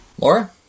Laura